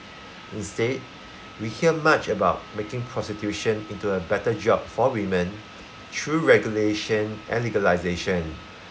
instead we hear much about making prostitution into a better job for women through regulation and legalisation